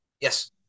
Yes